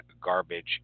garbage